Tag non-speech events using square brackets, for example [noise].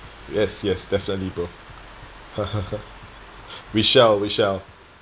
yes yes definitely bro [laughs] we shall we shall